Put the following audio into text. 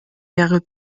wäre